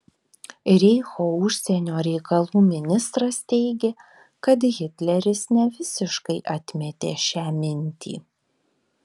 reicho užsienio reikalų ministras teigė kad hitleris nevisiškai atmetė šią mintį